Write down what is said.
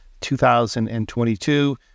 2022